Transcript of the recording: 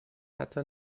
حتی